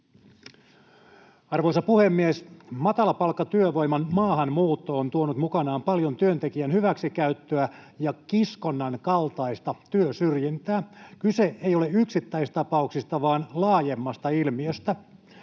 Arvoisa puhemies! Matalapalkkatyövoiman maahanmuutto on tuonut mukanaan paljon työntekijän hyväksikäyttöä ja kiskonnan kaltaista työsyrjintää. Kyse ei ole yksittäistapauksista vaan laajemmasta ilmiöstä.